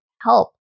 help